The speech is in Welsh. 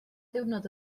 ddiwrnod